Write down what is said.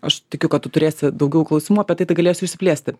aš tikiu kad tu turėsi daugiau klausimų apie tai tai galėsiu išsiplėsti